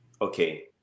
Okay